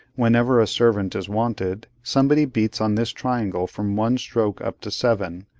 whenever a servant is wanted, somebody beats on this triangle from one stroke up to seven,